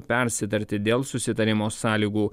persitarti dėl susitarimo sąlygų